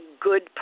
good